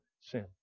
sin